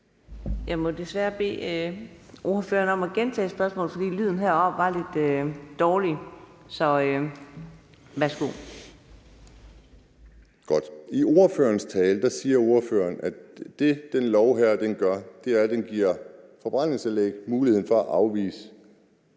Jeg må desværre bede ordføreren om at gentage spørgsmålet, for lyden heroppe var lidt dårlig. Værsgo. Kl. 15:03 Kim Edberg Andersen (DD): Godt. I ordførerens tale siger ordføreren, at det, som den her lov gør, er, at den giver forbrændingsanlæg muligheden for at afvise